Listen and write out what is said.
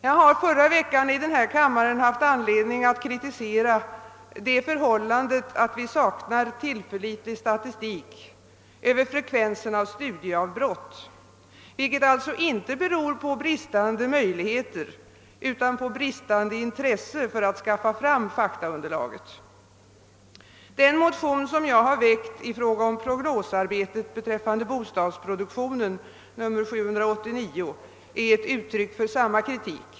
Jag hade förra veckan i denna kammare anledning kritisera det förhållandet att vi saknar tillförlitlig statistik över frekvensen av studieavbrott, vilket alltså inte beror på bristande möjligheter utan på bristande intresse för att skaffa fram faktaunderlag. Den motion som jag har väckt i fråga om prognosarbetet beträffande bostadsproduktionen, II: 789, är ett uttryck för samma kritik.